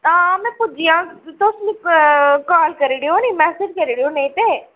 हां में पुज्जी जाह्ङ तुस मिगी काल करी ओडे़ओ निं मेसैज करी ओड़ेओ नेईं ते